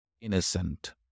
innocent